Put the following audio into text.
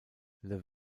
les